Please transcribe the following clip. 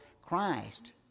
Christ